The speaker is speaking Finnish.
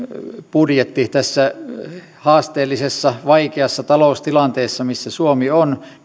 budjetti tässä haasteellisessa vaikeassa taloustilanteessa missä suomi on